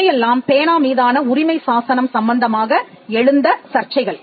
இவையெல்லாம் பேனா மீதான உரிமை சாசனம் சம்பந்தமாக எழுந்த சர்ச்சைகள்